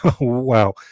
wow